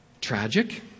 tragic